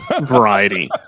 variety